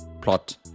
plot